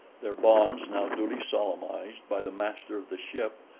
their bonds now duly solemnized by the master of the ship,